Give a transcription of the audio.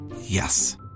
Yes